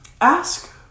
Ask